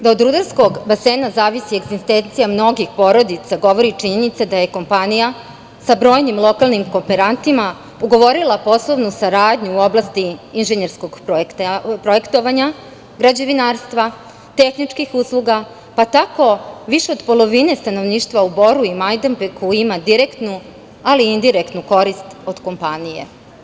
Da od rudarskog basena zavisi egzistencija mnogih porodica govori i činjenica da je kompanija sa brojnim lokalnim kooperantima ugovorila poslovnu saradnju u oblasti inžnjerskog projektovanja građevinarstva, tehničkih usluga, pa tako više od polovine stanovništva u Boru i Majdanpeku ima direktnu, ali i indirektnu korist od kompanije.